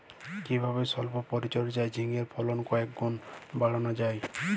কিভাবে সল্প পরিচর্যায় ঝিঙ্গের ফলন কয়েক গুণ বাড়ানো যায়?